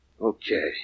Okay